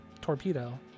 torpedo